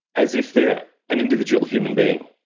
as if they are an individual human being.